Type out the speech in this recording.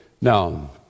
Now